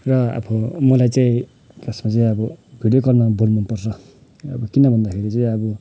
र अब मलाई चाहिँ जसमा चाहिँ अब भिडोयो कलमा बोल्न पर्छ अब किन भन्दाखेरि चाहिँ अब